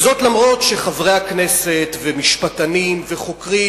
וזאת אף-על-פי שחברי הכנסת ומשפטנים וחוקרים,